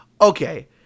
Okay